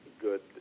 good